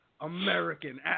American